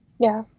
yeah.